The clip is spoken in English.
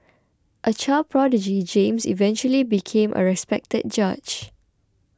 a child prodigy James eventually became a respected judge